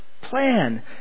plan